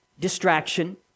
distraction